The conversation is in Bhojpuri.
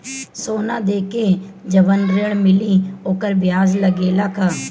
सोना देके जवन ऋण मिली वोकर ब्याज लगेला का?